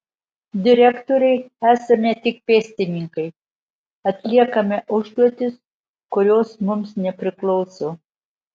direktorei esame tik pėstininkai atliekame užduotis kurios mums nepriklauso